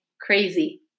crazy